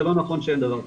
זה לא נכון שאין דבר כזה,